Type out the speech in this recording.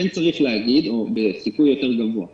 או בסיכוי יותר גבוה להחזיר.